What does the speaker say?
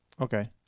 Okay